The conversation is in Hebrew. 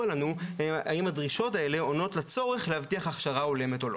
לנו האם הדרישות האלה עונות לצורך להבטיח הכשרה הולמת או לא.